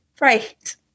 Right